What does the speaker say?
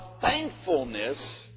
thankfulness